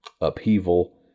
upheaval